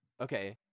Okay